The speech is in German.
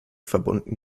verbunden